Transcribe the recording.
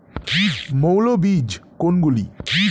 মৌল বীজ কোনগুলি?